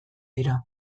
dira